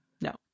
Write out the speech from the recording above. No